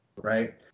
Right